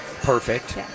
perfect